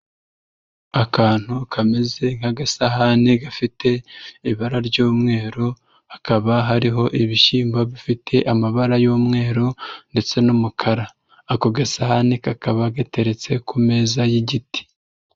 Akantu kameze nk'agasahani gafite ibara ry'umweru, hakaba hariho ibishyimbo bifite amabara y'umweru ndetse n'umukara, ako gasahani kakaba gateretse ku meza y'igiti.